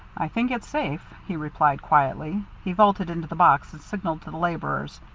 i think it's safe, he replied quietly. he vaulted into the box and signalled to the laborers.